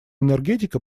энергетика